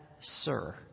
sir